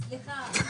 סליחה.